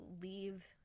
leave